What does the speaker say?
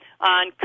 on